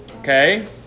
Okay